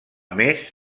més